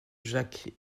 jacques